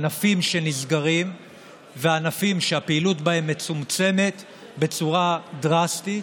ענפים שנסגרים וענפים שהפעילות בהם מצומצמת בצורה דרסטית,